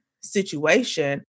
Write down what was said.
situation